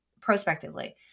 prospectively